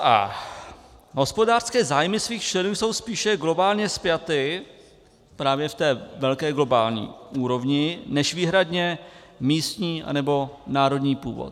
a) Hospodářské zájmy svých členů jsou spíše globálně spjaty právě v té velké globální úrovni než výhradně místní anebo národní původ.